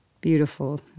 beautiful